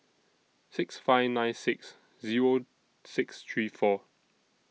six five nine six Zero six three four